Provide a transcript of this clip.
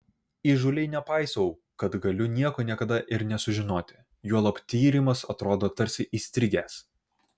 įžūliai nepaisau kad galiu nieko niekada ir nesužinoti juolab tyrimas atrodo tarsi įstrigęs